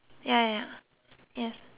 yes